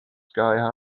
sky